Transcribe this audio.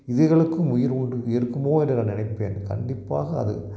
இதுகளுக்கும் உயிர் ஒன்று இருக்குமோ என்று நான் நினைப்பேன் கண்டிப்பாக அது